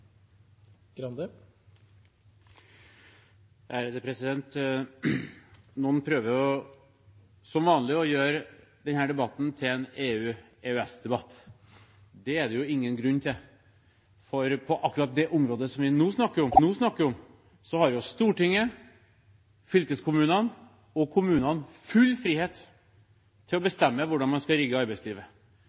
det ingen grunn til, for på akkurat det området vi nå snakker om, har Stortinget, fylkeskommunene og kommunene full frihet til å bestemme hvordan man skal rigge arbeidslivet.